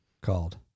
called